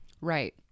Right